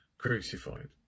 crucified